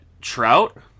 Trout